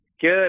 Good